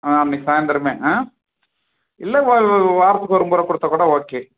அன்றைக்கு சாயந்திரமே ஆ இல்லை வாரத்துக்கு ஒரு முற கொடுத்தால் கூட ஓகே